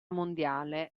mondiale